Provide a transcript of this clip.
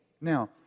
Now